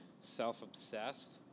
self-obsessed